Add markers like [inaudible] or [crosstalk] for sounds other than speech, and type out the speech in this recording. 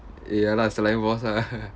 ya lah ah [laughs]